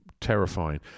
terrifying